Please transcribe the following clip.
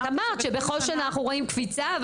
אמרת שבכל שנה אנחנו רואים קפיצה.